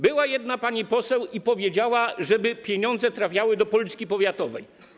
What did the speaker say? Była jedna pani poseł i powiedziała, żeby pieniądze trafiały do Polski powiatowej.